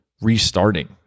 restarting